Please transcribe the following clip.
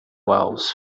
wells